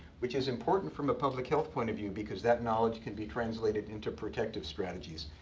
which is important from a public health point of view. because that knowledge can be translated into protective strategies,